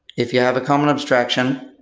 if you have a common abstraction,